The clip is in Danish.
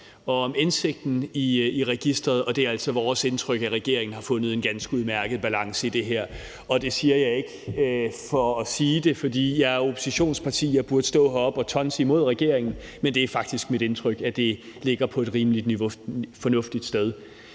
og om indsigten i registeret, og det er altså vores indtryk, at regeringen har fundet en ganske udmærket balance i det her. Og det siger jeg ikke bare for sige det – jeg er medlem af et oppositionsparti og burde stå heroppe og tonse mod regeringen, men det er faktisk mit indtryk, at det her forslag ligger på et rimelig fornuftigt sted,